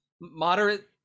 Moderate